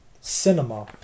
cinema